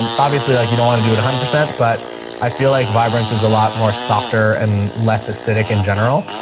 um obviously like you don't want to do it one hundred percent but i feel like vibrance is a lot more softer and less acidic in general.